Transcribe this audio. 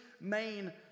main